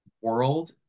world